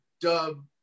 dub